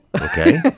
Okay